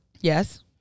Yes